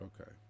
okay